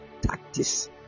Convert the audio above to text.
tactics